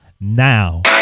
now